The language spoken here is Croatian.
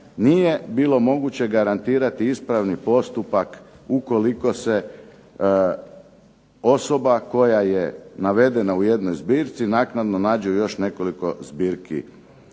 Nije bilo moguće garantirati ispravni postupak ukoliko se osoba koja je navedena u jednoj zbirci naknadno nađe u još nekoliko zbirki